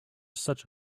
such